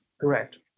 Correct